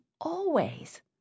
always